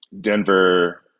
denver